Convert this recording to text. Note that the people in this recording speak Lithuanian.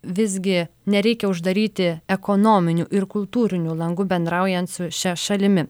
visgi nereikia uždaryti ekonominių ir kultūrinių langų bendraujant su šia šalimi